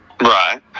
Right